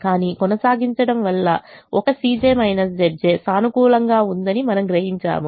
కానీ కొనసాగించడం వల్ల ఒక సానుకూలంగా ఉందని మనము గ్రహించాము